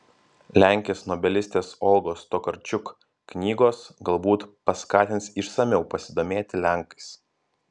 lenkės nobelistės olgos tokarčuk knygos galbūt paskatins išsamiau pasidomėti lenkais